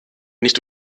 nicht